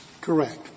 Correct